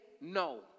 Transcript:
no